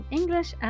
English